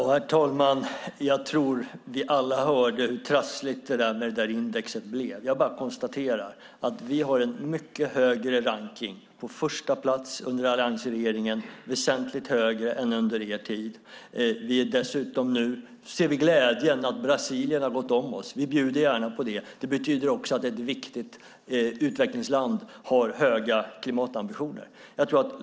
Herr talman! Jag tror att vi alla hörde hur trassligt det blev med indexet. Jag bara konstaterar att vi ligger mycket högre i rankningen - på första plats under Alliansregeringen, vilket är väsentligt högre än under er tid, Matilda Ernkrans. Dessutom ser vi med glädje att Brasilien gått om oss. Vi bjuder gärna på det. Det betyder att ett viktigt utvecklingsland har höga klimatambitioner.